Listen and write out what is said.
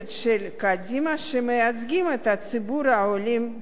קדימה שמייצגים את ציבור העולים בסיעה: